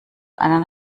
einen